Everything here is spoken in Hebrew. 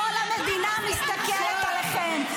כל המדינה מסתכלת עליכם.